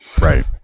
Right